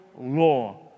law